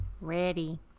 Ready